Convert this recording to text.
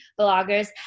bloggers